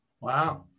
wow